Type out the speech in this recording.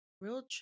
real